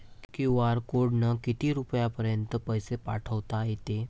QR कोडनं किती रुपयापर्यंत पैसे पाठोता येते?